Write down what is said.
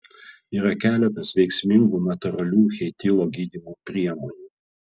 yra keletas veiksmingų natūralių cheilito gydymo priemonių